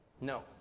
No